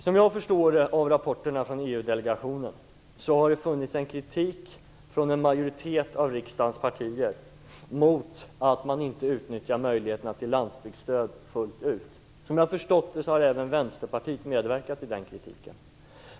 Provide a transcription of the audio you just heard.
Som jag förstår av rapporten från EU-delegationen har det riktats kritik från en majoritet av riksdagens partier mot att man inte fullt ut utnyttjar möjligheterna till landsbygdsstöd. Såvitt jag har förstått har även Vänsterpartiet medverkat i den kritiken.